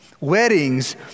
Weddings